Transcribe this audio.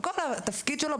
וכל התפקיד שלו,